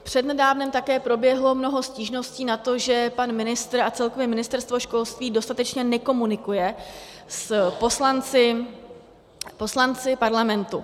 Přednedávnem také proběhlo mnoho stížností na to, že pan ministr a celkově Ministerstvo školství dostatečně nekomunikuje s poslanci Parlamentu.